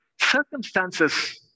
Circumstances